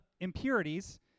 impurities